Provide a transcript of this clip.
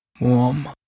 warm